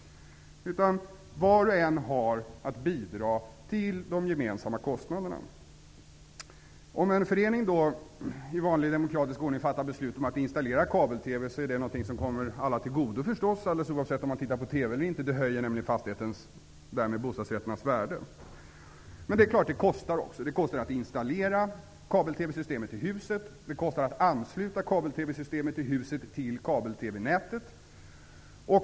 Var och en har att bidra till de gemensamma kostnaderna. Om en förening i vanlig demokratisk ordning fattar beslut om att installera kabel-TV, är detta någonting som kommer alla till godo, oavsett om man tittar på TV eller inte. Tillgång till kabel-TV höjer nämligen fastighetens och därmed bostadsrätternas värde. Men det är klart att det kostar. Det kostar att installera kabel-TV-systemet i huset och att ansluta kabel-TV-systemet i huset till kabel-TV-nätet.